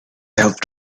helped